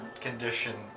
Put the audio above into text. condition